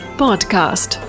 podcast